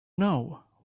know